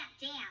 dance